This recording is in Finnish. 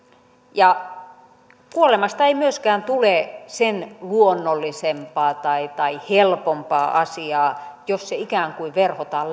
kuolemasta ei myöskään tule sen luonnollisempaa tai tai helpompaa asiaa jos se ikään kuin verhotaan